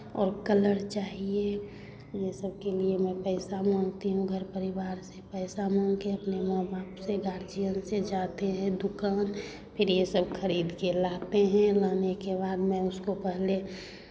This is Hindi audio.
और कलर चाहिए ये सबके लिए मैं पैसा मांगती हूँ घर परिवार से पैसा मांग के अपने माँ बाप से गार्जियन से जाते हैं दुकान फिर ये सब खरीद के लाते हैं लाने के बाद मैं उसको पहले